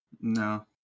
no